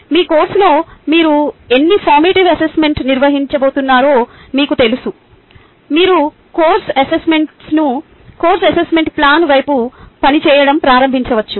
మీ కోర్సులో మీరు ఎన్ని ఫార్మాటివ్ అసెస్మెంట్ నిర్వహించబోతున్నారో మీకు తెలిస్తే మీరు కోర్సు అసెస్మెంట్ ప్లాన్ వైపు పనిచేయడం ప్రారంభించవచ్చు